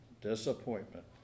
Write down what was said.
disappointment